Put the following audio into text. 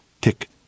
tick